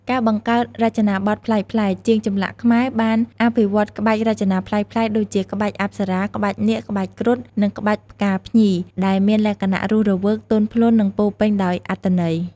ការបង្កើតរចនាបថប្លែកៗ ជាងចម្លាក់ខ្មែរបានអភិវឌ្ឍក្បាច់រចនាប្លែកៗ ដូចជាក្បាច់អប្សរា ក្បាច់នាគ ក្បាច់គ្រុឌ និងក្បាច់ផ្កាភ្ញី ដែលមានលក្ខណៈរស់រវើក ទន់ភ្លន់ និងពោរពេញដោយអត្ថន័យ។